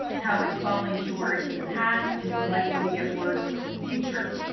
how it's falling short in the past and is likely to get worse in the future.